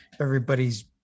everybody's